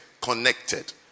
connected